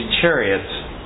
chariots